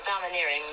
domineering